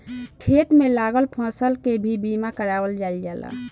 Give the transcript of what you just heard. खेत में लागल फसल के भी बीमा कारावल जाईल जाला